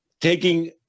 taking